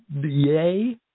yay